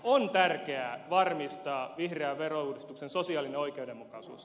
on tärkeää varmistaa vihreän verouudistuksen sosiaalinen oikeudenmukaisuus